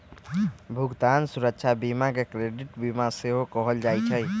भुगतान सुरक्षा बीमा के क्रेडिट बीमा सेहो कहल जाइ छइ